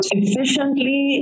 efficiently